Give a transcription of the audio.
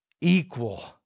equal